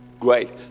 great